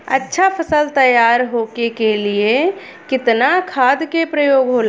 अच्छा फसल तैयार होके के लिए कितना खाद के प्रयोग होला?